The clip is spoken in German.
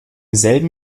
selben